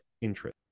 interest